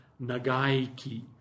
Nagaiki